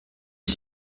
est